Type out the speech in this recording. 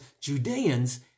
Judeans